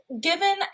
given